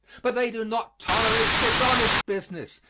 but they do not tolerate dishonest business,